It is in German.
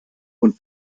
und